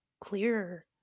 clearer